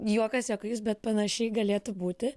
juokas juokais bet panašiai galėtų būti